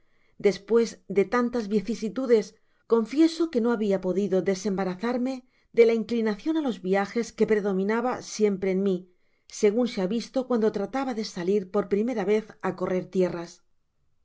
despues de tantas vicisitudes confieso que no habia podido desembarazarme de la inclinacion á los viajes que predominaba siempre en mi segun s ha visto cuando trataba de salir por primera vez á correr tierras